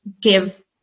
give